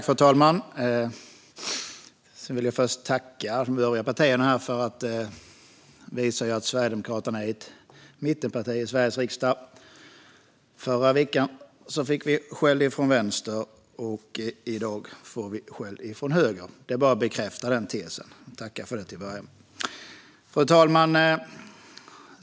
Fru talman! Jag vill först tacka de övriga partierna för att ni har visat att Sverigedemokraterna är ett mittenparti i Sveriges riksdag. Förra veckan fick vi skäll från vänster, och i dag får vi skäll från höger. Det bekräftar den tesen. Fru talman!